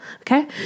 okay